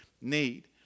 need